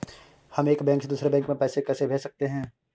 हम एक बैंक से दूसरे बैंक में पैसे कैसे भेज सकते हैं?